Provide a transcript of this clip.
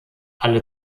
alle